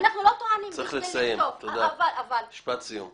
משפט סיום.